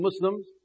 Muslims